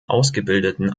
ausgebildeten